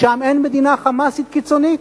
שם אין מדינה "חמאסית" קיצונית?